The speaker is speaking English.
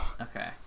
Okay